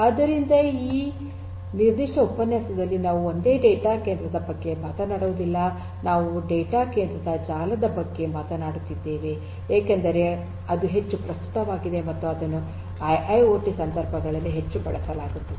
ಆದ್ದರಿಂದ ಈ ನಿರ್ದಿಷ್ಟ ಉಪನ್ಯಾಸದಲ್ಲಿ ನಾವು ಒಂದೇ ಡೇಟಾ ಕೇಂದ್ರದ ಬಗ್ಗೆ ಮಾತನಾಡುವುದಿಲ್ಲ ನಾವು ಡೇಟಾ ಕೇಂದ್ರದ ಜಾಲದ ಬಗ್ಗೆ ಮಾತನಾಡುತ್ತಿದ್ದೇವೆ ಏಕೆಂದರೆ ಅದು ಹೆಚ್ಚು ಪ್ರಸ್ತುತವಾಗಿದೆ ಮತ್ತು ಅದನ್ನು ಐಐಓಟಿ ಸಂದರ್ಭಗಳಲ್ಲಿ ಹೆಚ್ಚು ಬಳಸಲಾಗುತ್ತದೆ